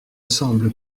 semble